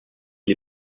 les